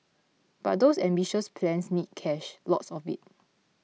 but those ambitious plans need cash lots of it